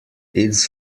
it’s